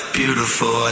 beautiful